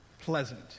pleasant